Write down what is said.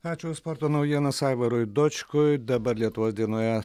ačiū sporto naujienos aivarui dočkui dabar lietuvos dienoje